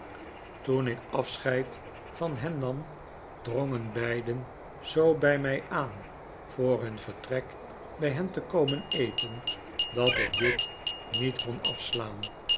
toen ik afscheid van hen nam drongen beiden zoo bij mij aan voor hun vertrek bij hen te komen eten dat ik dit niet kon afslaan